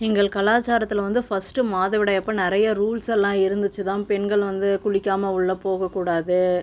எங்கள் கலாச்சாரத்தில் வந்து ஃபஸ்ட்டு மாதவிடாய் அப்போ நிறைய ரூல்ஸ் எல்லா இருந்துச்சு தான் பெண்கள் வந்து குளிக்காமல் உள்ளே போகக்கூடாது